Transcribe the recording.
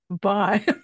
Bye